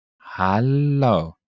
Hello